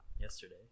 yesterday